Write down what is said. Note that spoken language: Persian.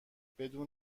بدون